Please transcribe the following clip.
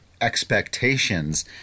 expectations